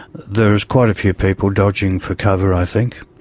there are quite a few people dodging for cover, i think.